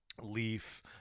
Leaf